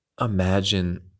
imagine